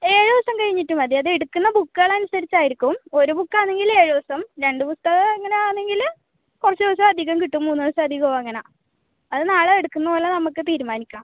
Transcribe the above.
ഏഴ് ദിവസം കഴിഞ്ഞിട്ട് മതി അത് എടുക്കുന്ന ബുക്കുകൾ അനുസരിച്ച് ആയിരിക്കും ഒരു ബുക്ക് ആണെങ്കിൽ ഏഴ് ദിവസം രണ്ട് പുസ്തകം അങ്ങനെ ആണെങ്കില് കുറച്ച് ദിവസം അധികം കിട്ടും മൂന്ന് ദിവസം അധികം അങ്ങനെ അത് നാളെ എടുക്കുന്ന പോലെ നമുക്ക് തീരുമാനിക്കാം